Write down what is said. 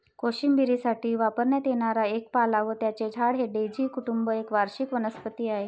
कोशिंबिरीसाठी वापरण्यात येणारा एक पाला व त्याचे झाड हे डेझी कुटुंब एक वार्षिक वनस्पती आहे